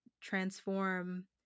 transform